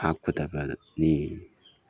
ꯍꯥꯞꯀꯗꯕꯅꯤ